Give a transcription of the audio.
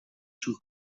sul